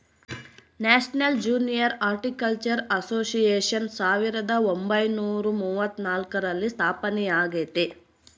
national Junior Horticultural Association ಸಾವಿರದ ಒಂಬೈನುರ ಮೂವತ್ನಾಲ್ಕರಲ್ಲಿ ಸ್ಥಾಪನೆಯಾಗೆತೆ